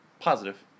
Positive